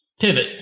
pivot